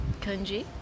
kanji